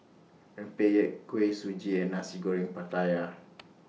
Rempeyek Kuih Suji and Nasi Goreng Pattaya